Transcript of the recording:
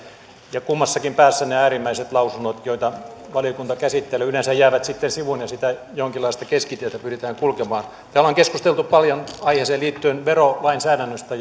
ja kummassakin päässä ne äärimmäiset lausunnot joita valiokunta käsittelee yleensä jäävät sitten sivuun ja sitä jonkinlaista keskitietä pyritään kulkemaan täällä on keskusteltu paljon aiheeseen liittyen verolainsäädännöstä